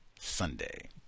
Sunday